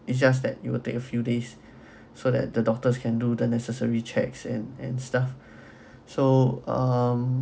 it's just that you will take a few days so that the doctors can do the necessary checks and and stuff so um